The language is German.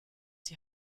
die